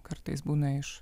kartais būna iš